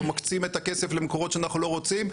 או מקצים את הכסף למקורות שאנחנו לא רוצים,